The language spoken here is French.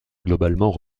globalement